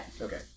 Okay